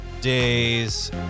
days